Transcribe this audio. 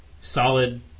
solid